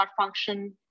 function